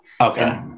Okay